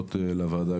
להודות לוועדה,